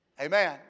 Amen